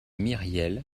myriel